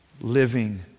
living